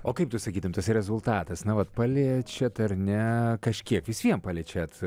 o kaip tu sakytum tas rezultatas na vat paliečiat ar ne kažkiek vis vien paliečiat